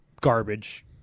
garbage